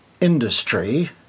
industry